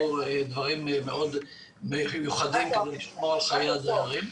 דברים מאוד מיוחדים כדי לשמור על חיי הדיירים.